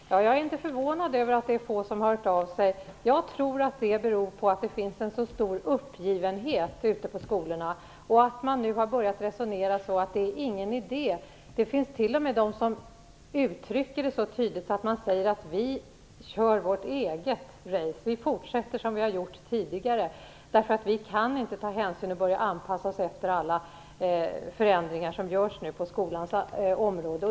Herr talman! Jag är inte förvånad över att det är få som har hört av sig. Jag tror att det beror på att det finns en stor uppgivenhet ute i skolorna och att man nu har börjat resonera så att det inte är någon idé. Det finns t.o.m. de som uttrycker det så här tydligt och säger: Vi kör vårt eget "race", vi fortsätter som vi har gjort tidigare, för vi kan inte ta hänsyn till och anpassa oss efter alla förändringar som görs på skolans område.